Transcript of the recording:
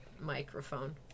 microphone